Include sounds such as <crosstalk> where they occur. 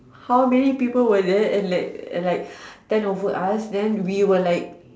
how many people were there there were like and like <breath> ten over us and we were like